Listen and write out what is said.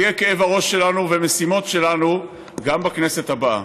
זה יהיה כאב הראש שלנו והמשימה שלנו גם בכנסת הבאה,